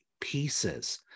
pieces